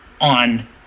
on